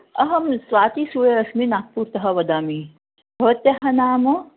अहं स्वाती सूये अस्मि नागपुरतः वदामि भवत्याः नाम